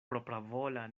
propravola